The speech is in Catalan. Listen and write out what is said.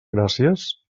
gràcies